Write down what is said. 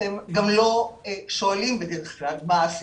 אתם גם לא שואלים בדרך כלל מה הסיכון.